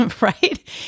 right